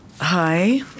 Hi